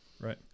Right